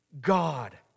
God